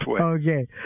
Okay